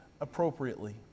appropriately